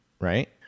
right